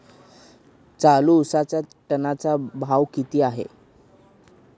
चालू उसाचा टनाचा भाव किती आहे?